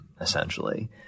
essentially